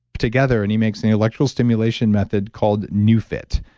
together. and he makes the electrical stimulation method called neufit.